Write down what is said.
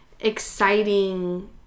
exciting